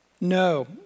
No